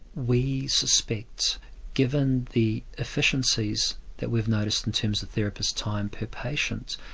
we suspect given the efficiencies that we've noticed in terms of therapist's time per patient,